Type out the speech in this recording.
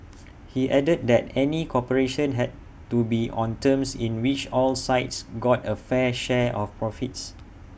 he added that any cooperation had to be on terms in which all sides got A fair share of profits